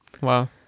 wow